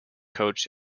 coach